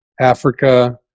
Africa